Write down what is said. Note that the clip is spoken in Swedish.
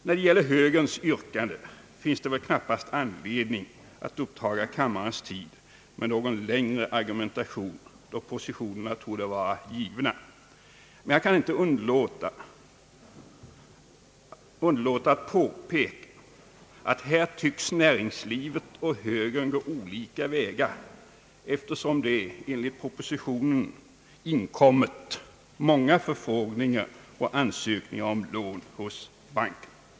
När det gäller högerns yrkande finns det väl knappast anledning att upptaga kammarens tid med någon längre argumentation, då positionerna torde vara givna. Men jag kan inte underlåta att påpeka att här tycks näringslivet och högern gå olika vägar, eftersom det enligt propositionen inkommit många förfrågningar och ansökningar om lån hos banken.